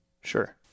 Sure